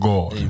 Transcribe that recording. God